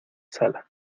sala